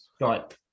Right